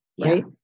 right